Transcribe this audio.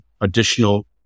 additional